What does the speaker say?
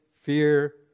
fear